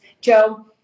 Joe